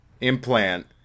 implant